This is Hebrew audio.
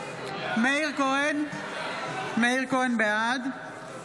(קוראת בשמות חברי הכנסת) מאיר כהן, אינו